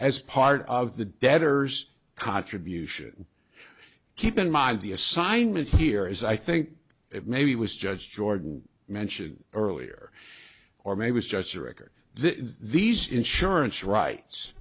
as part of the debtors contribution keep in mind the assignment here is i think it maybe was judge jordan mentioned earlier or maybe it's just your record this these insurance rights